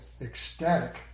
ecstatic